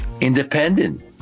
Independent